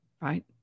right